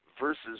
Versus